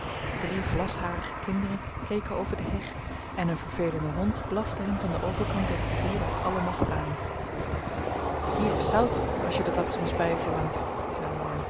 drie vlasharige kinderen keken over de heg en een vervelende hond blafte hen van den overkant der rivier uit alle macht aan hier is zout als j'er dat soms bij verlangt